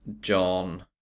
John